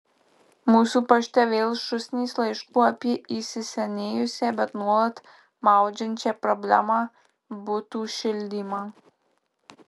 mūsų pašte vėl šūsnys laiškų apie įsisenėjusią bet nuolat maudžiančią problemą butų šildymą